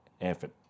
effort